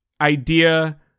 idea